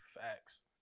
facts